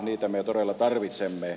niitä me todella tarvitsemme